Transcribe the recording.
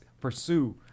pursue